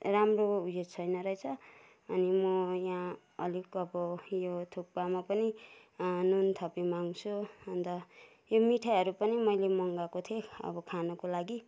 राम्रो उयो छैन रहेछ अनि म यहाँ अलिक अब यो थुक्पामा पनि नुन थपिमाँग्छु अन्त यो मिठाईहरू पनि मैले मगाएको थिएँ अब खानको लागि